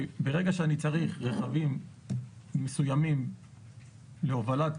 ברגע שאני צריך רכבים מסוימים להובלת